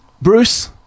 Bruce